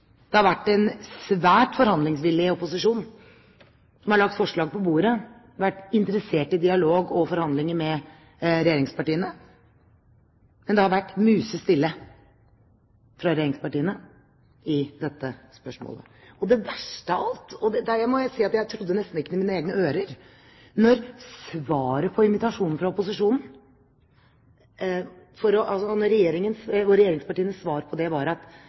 Det har vært en svært forhandlingsvillig opposisjon som har lagt forslag på bordet, som har vært interessert i dialog og forhandlinger med regjeringspartiene, men det har vært musestille fra regjeringspartiene i dette spørsmålet. Det verste av alt – der må jeg si at jeg nesten ikke trodde mine egne ører – var da Regjeringen og regjeringspartienes svar på invitasjonen fra opposisjonen var at dette kunne de ikke diskutere engang, for dette koster penger! Det